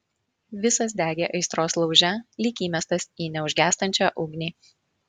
visas degė aistros lauže lyg įmestas į neužgęstančią ugnį